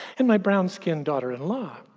and my brown-skinned daughter-in-law.